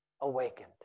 awakened